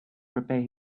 prepare